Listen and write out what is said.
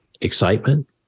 excitement